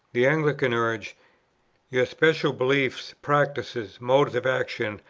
the anglican urged your special beliefs, practices, modes of action,